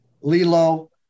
Lilo